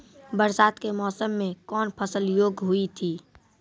बरसात के मौसम मे कौन फसल योग्य हुई थी?